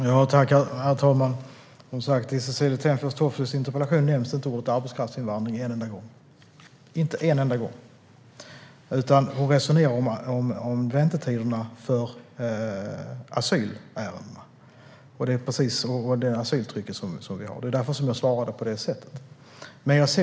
Herr talman! I Cecilie Tenfjord-Toftbys interpellation nämns inte ordet arbetskraftsinvandring en enda gång, utan hon resonerar om väntetiderna för asylärendena och asyltrycket som vi har. Därför svarade jag på det sätt som jag gjorde.